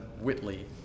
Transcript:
Whitley